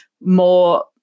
more